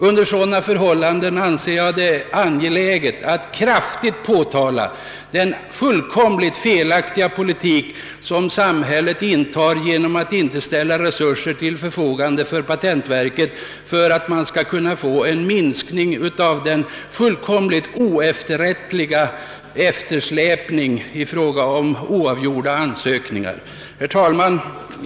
Under sådana förhållanden anser jag det angeläget att kraftigt påtala den fullkomligt felaktiga politik som samhället driver genom att inte ställa resurser till förfogande för patentverket. Man borde åstadkomma en minskning av eftersläpningen som föreligger i fråga om oavgjorda ansökningar. Denna eftersläpning blir annars fullkomligt oefterrättlig. Herr talman!